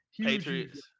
Patriots